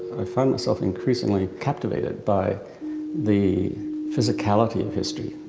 i found myself increasingly captivated by the physicality of history,